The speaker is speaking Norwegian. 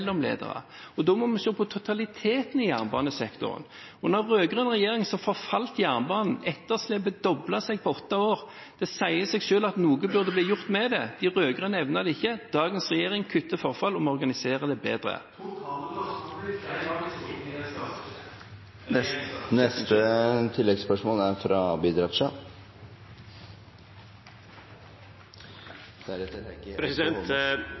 Da må vi se på totaliteten i jernbanesektoren. Under rød-grønn regjering forfalt jernbanen, etterslepet doblet seg på åtte år. Det sier seg selv at noe burde bli gjort med det. De rød-grønne evnet det ikke. Dagens regjering kutter forfall og må organisere det bedre. Totale kostnader? De har du i regjeringens statsbudsjett. Abid